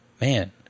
man